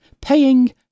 paying